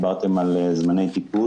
דיברתם על זמני טיפול